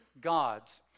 gods